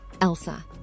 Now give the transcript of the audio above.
Elsa